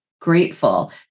grateful